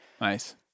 Nice